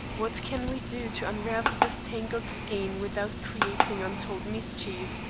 what can we do to unravel this tangled skein without creating untold mischief?